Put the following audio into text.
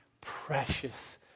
precious